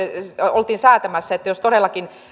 oltiin säätämässä jos todellakin